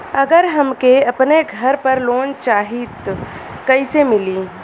अगर हमके अपने घर पर लोंन चाहीत कईसे मिली?